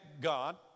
God